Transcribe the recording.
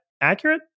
accurate